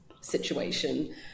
situation